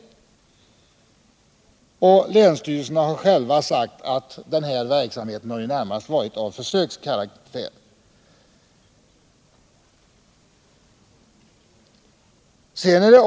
Länsstyrelserna har själva sagt att verksamheten närmast varit av försökskaraktär.